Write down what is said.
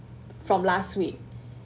from last week